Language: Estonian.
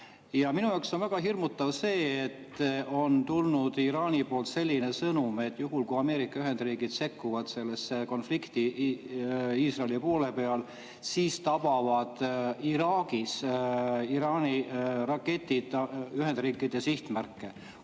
Minu jaoks on väga hirmutav see, et Iraanilt on tulnud sõnum, et kui Ameerika Ühendriigid sekkuvad sellesse konflikti Iisraeli poole peal, siis tabavad Iraagis Iraani raketid Ühendriikide sihtmärke.